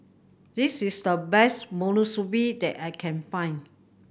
this is the best Monsunabe that I can find